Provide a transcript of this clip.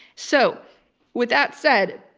so with that said,